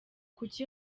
kuki